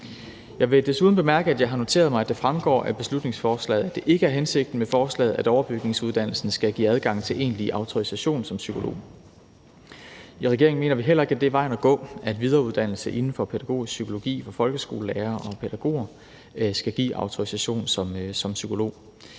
Jeg vil desuden bemærke, at jeg har noteret mig, at det fremgår af beslutningsforslaget, at det ikke er hensigten med forslaget, at overbygningsuddannelsen skal give adgang til egentlig autorisation som psykolog. I regeringen mener vi heller ikke, at det er vejen at gå, at videreuddannelse af folkeskolelærere og pædagoger inden for pædagogisk psykologi skal give autorisation som psykolog.